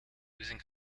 using